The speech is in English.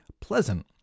pleasant